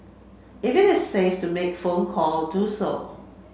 if it is safe to make phone call do so